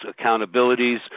accountabilities